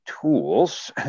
tools